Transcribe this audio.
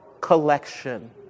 collection